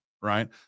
right